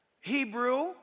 Hebrew